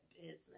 business